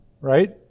Right